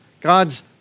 God's